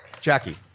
Jackie